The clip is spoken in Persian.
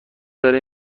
داره